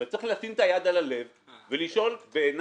אבל צריך לשים את היד על הלב ולשאול בעיניים